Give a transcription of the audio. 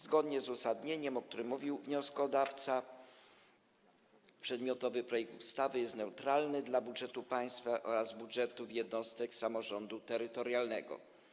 Zgodnie z uzasadnieniem, o którym mówił wnioskodawca, przedmiotowy projekt ustawy jest neutralny dla budżetu państwa oraz budżetów jednostek samorządu terytorialnego.